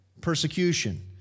Persecution